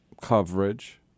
coverage